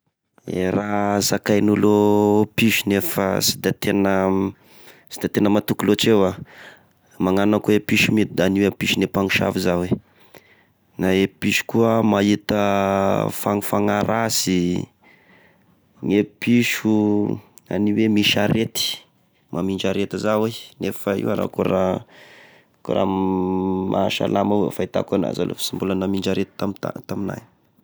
E raha zakain'olo piso nefa sy da tena, sy da tena matoky lôtry evao aho magnano akô piso mity any pisone mpanosavy za i, e piso koa mahita fagnafagnahy rasy, gne piso any oe misy arety, mamindra arety za i, nefa io aza ako raha, ko raha mahasalama avao e fahitako anazy aloha sy mbola namindra arety tam ta- taminay.